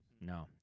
No